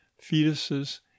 fetuses